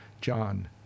John